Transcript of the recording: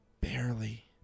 Barely